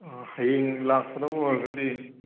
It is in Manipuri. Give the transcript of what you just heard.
ꯍꯌꯦꯡ ꯂꯥꯛꯀꯗꯧꯕ ꯑꯣꯏꯔꯒꯗꯤ